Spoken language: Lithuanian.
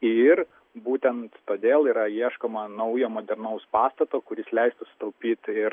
ir būtent todėl yra ieškoma naujo modernaus pastato kuris leistų sutaupyt ir